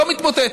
לא מתמוטטת.